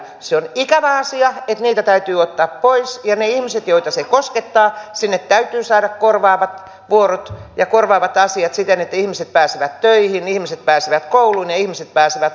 se on ikävä asia että niitä täytyy ottaa pois ja niille ihmisille joita se koskettaa täytyy saada korvaavat vuorot ja korvaavat asiat siten että ihmiset pääsevät töihin ihmiset pääsevät kouluun ja ihmiset pääsevät opiskelemaan